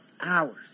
hours